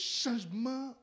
changement